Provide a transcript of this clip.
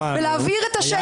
בלהבעיר את השטח.